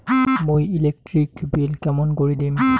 মুই electric bill কেমন করি দিম?